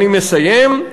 אני מסיים.